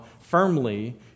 firmly